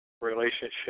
relationship